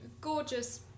gorgeous